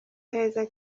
aheza